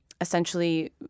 essentially